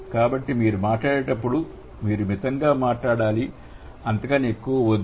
కాబట్టి మీరు మాట్లాడేటప్పుడు మీరు మితంగా మాట్లాడాలి అంతకన్నా ఎక్కువ వద్దు